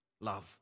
love